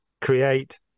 create